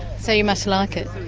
so you must like it.